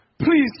please